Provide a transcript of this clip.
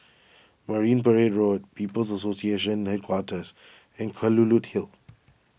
Marine Parade Road People's Association Headquarters and Kelulut Hill